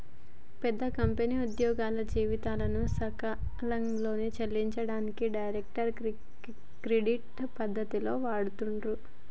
పెద్ద కంపెనీలు ఉద్యోగులకు జీతాలను సకాలంలో చెల్లించనీకి ఈ డైరెక్ట్ క్రెడిట్ పద్ధతిని వాడుతుర్రు